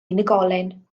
unigolyn